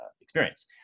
experience